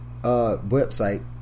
website